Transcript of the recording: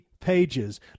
Pages